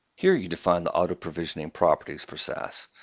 here, you define the autoprovisioning properties for saas.